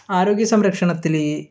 ആരോഗ്യ സംരക്ഷണത്തിൽ